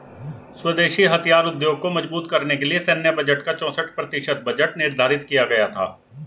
स्वदेशी हथियार उद्योग को मजबूत करने के लिए सैन्य बजट का चौसठ प्रतिशत बजट निर्धारित किया गया था